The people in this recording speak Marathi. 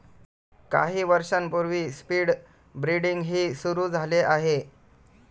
काही वर्षांपूर्वी स्पीड ब्रीडिंगही सुरू झाले आहे